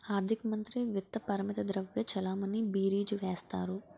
ఆర్థిక మంత్రి విత్త పరపతి ద్రవ్య చలామణి బీరీజు వేస్తారు